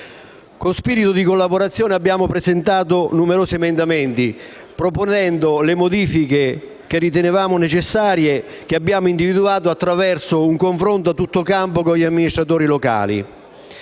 Con spirito di collaborazione, abbiamo presentato numerosi emendamenti, proponendo le modifiche che ritenevamo necessarie e che abbiamo individuato attraverso un confronto a tutto campo con gli amministratori locali.